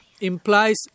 implies